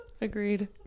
agreed